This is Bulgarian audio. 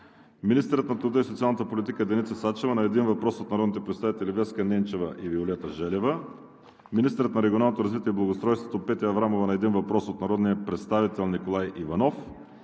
министърът на труда и социалната политика Деница Сачева –на един въпрос от народните представители Веска Ненчева и Виолета Желева; - министърът на регионалното развитие и благоустройството Петя Аврамова – на един въпрос от народния представител Николай Иванов;